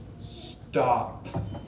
Stop